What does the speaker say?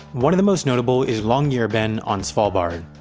one of the most notable is longyearbyen on svalbard.